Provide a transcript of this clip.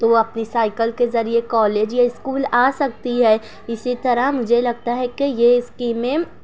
تو وہ اپنی سائیکل کے ذریعے کالج یا اسکلول آ سکتی ہے اسی طرح مجھے لگتا ہے کہ یہ اسکیمیں